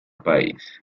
país